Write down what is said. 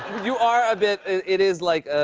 you are a bit it is, like,